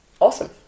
awesome